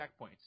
checkpoints